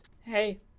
Hey